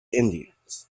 indians